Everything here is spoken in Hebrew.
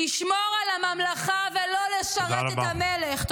לשמור על הממלכה ולא לשרת את המלך.